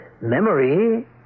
memory